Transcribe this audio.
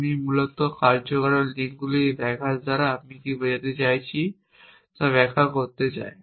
আমি মূলত কার্যকারণ লিঙ্কগুলির এই ব্যাঘাত দ্বারা আমি কী বোঝাতে চাইছি তা ব্যাখ্যা করতে চাই